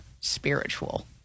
spiritual